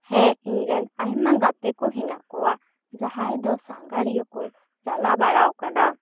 ᱦᱮᱸ ᱤᱧ ᱨᱮᱱ ᱟᱭᱢᱟ ᱜᱟᱛᱮ ᱠᱚ ᱦᱮᱱᱟᱜ ᱠᱚᱣᱟ ᱡᱟᱦᱟᱭ ᱫᱚ ᱥᱟᱸᱜᱷᱟᱨᱤᱭᱟᱹ ᱠᱚ ᱪᱟᱞᱟᱣ ᱵᱟᱲᱟ ᱟᱠᱟᱱᱟ